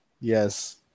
Yes